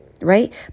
right